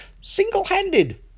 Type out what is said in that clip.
single-handed